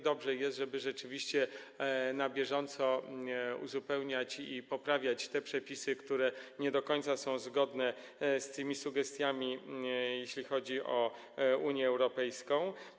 Dobrze jest rzeczywiście na bieżąco uzupełniać i poprawiać te przepisy, które nie do końca są zgodne z tymi sugestiami, jeśli chodzi o Unię Europejską.